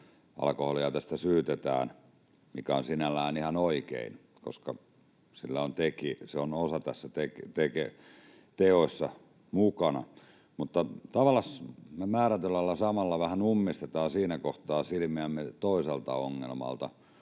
alkoholia näistä syytetään — mikä on sinällään ihan oikein, koska se on osana näissä teoissa mukana. Mutta tavallaan määrätyllä lailla samalla vähän ummistetaan siinä kohtaa silmiämme toiselta ongelmalta,